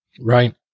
Right